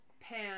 Pan